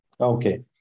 Okay